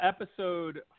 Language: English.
Episode